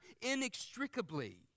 inextricably